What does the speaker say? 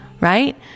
right